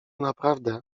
naprawdę